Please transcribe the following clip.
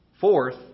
Fourth